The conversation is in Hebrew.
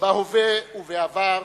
בהווה ובעבר,